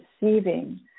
receiving